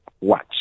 watch